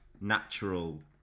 natural